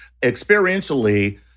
experientially